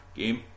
game